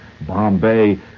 Bombay